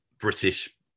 british